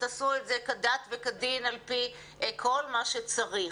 תעשו את זה כדת וכדין על פי כל מה שצריך,